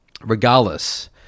Regardless